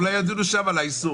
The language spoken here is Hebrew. אולי ידונו שם על האיסור.